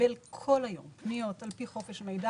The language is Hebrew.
שמקבל כל היום פניות לפי חוק חופש המידע